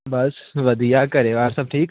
ਬਸ ਵਧੀਆ ਘਰ ਬਾਹਰ ਸਭ ਠੀਕ